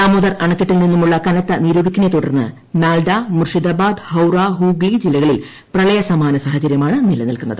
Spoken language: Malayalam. ദാമോദർ അണക്കെട്ടിൽ നിന്നുമുള്ള കനത്ത നീരൊഴുക്കിനെ തുടർന്ന് മാൽഡ മുർഷിദാബാദ് ഹൌറ ഹൂഗ്ലി ജില്ലകളിൽ പ്രളയസമാന സാഹചര്യമാണ് നിലനിൽക്കുന്നത്